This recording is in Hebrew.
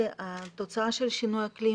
התוצאה של שינוי אקלים,